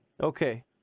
Okay